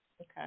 Okay